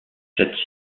cette